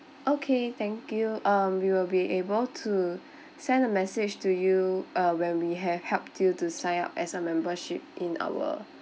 okay thank you um we will be able to send a message to you uh when we have helped you to sign up as a membership in our